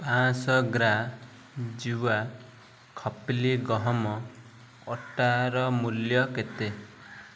ପାଞ୍ଚଶହ ଗ୍ରାମ୍ ଜୀୱା ଖପ୍ଲି ଗହମ ଅଟାର ମୂଲ୍ୟ କେତେ